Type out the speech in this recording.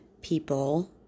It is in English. people